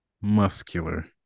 muscular